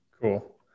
Cool